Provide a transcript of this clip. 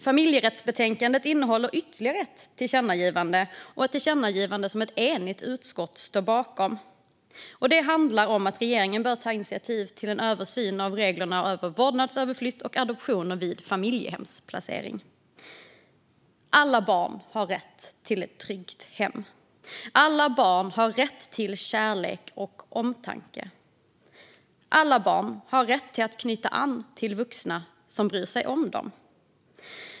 Familjerättsbetänkandet innehåller ytterligare ett förslag på tillkännagivande, som ett enigt utskott står bakom. Regeringen bör ta initiativ till en översyn av reglerna om vårdnadsöverflyttning och adoption vid familjehemsplaceringar. Alla barn har rätt till ett tryggt hem. Alla barn har rätt till kärlek och omtanke. Alla barn har rätt att knyta an till vuxna som bryr sig om dem.